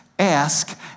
Ask